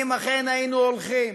אם אכן היינו הולכים,